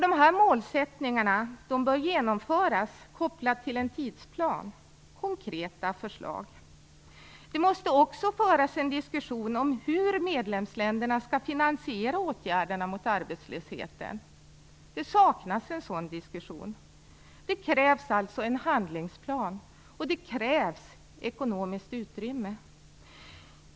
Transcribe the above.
De här målsättningarna bör genomföras, kopplat till en tidsplan. Det är konkreta förslag. Det måste också föras en diskussion om hur medlemsländerna skall finansiera åtgärderna mot arbetslösheten. Det saknas en sådan diskussion. Det krävs alltså en handlingsplan, och det krävs ekonomiskt utrymme.